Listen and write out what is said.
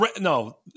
No